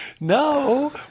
No